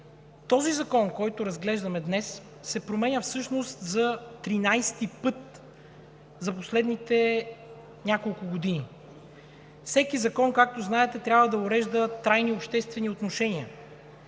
този закон, който разглеждаме днес, се променя всъщност за 13-и път за последните няколко години. Всеки закон, както знаете, трябва да урежда трайни обществени отношения.